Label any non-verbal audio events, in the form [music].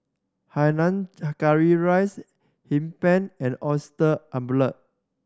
hainan [unintelligible] curry rice Hee Pan and oyster [unintelligible]